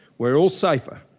we are all safer,